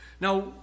Now